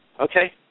Okay